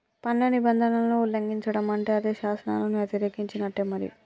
పన్ను నిబంధనలను ఉల్లంఘిచడం అంటే అది శాసనాలను యతిరేకించినట్టే మరి